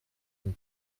une